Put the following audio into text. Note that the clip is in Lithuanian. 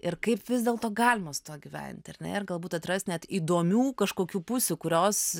ir kaip vis dėlto galima su tuo gyventi ar ne ir galbūt atrast net įdomių kažkokių pusių kurios